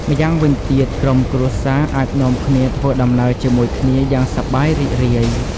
ម្យ៉ាងវិញទៀត ក្រុមគ្រួសារអាចនាំគ្នាធ្វើដំណើរជាមួយគ្នាយ៉ាងសប្បាយរីករាយ។